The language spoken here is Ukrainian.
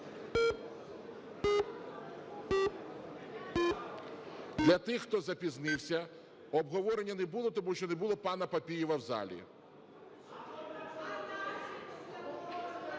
Для тих, хто запізнився: обговорення не було, тому що не було пана Папієва в залі.